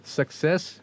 success